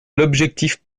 l’objectif